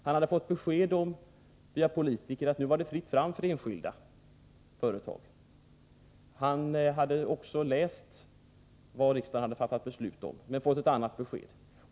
Han hade via politiker fått besked om att de nu var fritt fram för enskilda företag. Han hade också läst vad riksdagen fattat beslut om, men fått ett annat besked.